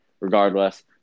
Regardless